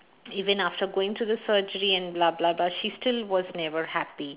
even after going to the surgery and blah blah blah she still was never happy